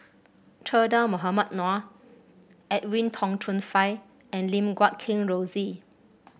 Che Dah Mohamed Noor Edwin Tong Chun Fai and Lim Guat Kheng Rosie